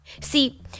See